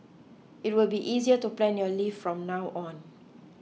it will be easier to plan your leave from now on